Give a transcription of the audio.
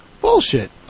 Bullshit